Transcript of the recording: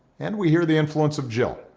and we hear the influence of jill,